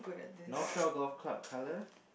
North Shore Golf Club colour